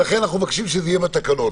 לכן אנחנו מבקשים שזה יהיה בתקנות.